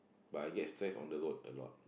but I get stressed on the road a lot